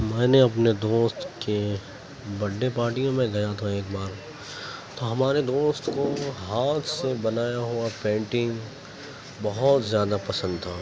میں نے اپنے دوست کے بڈ ڈے پاٹیوں میں گیا تو ایک بار تو ہمارے دوست کو ہاتھ سے بنایا ہوا پینٹنگ بہت زیادہ پسند تھا